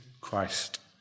Christ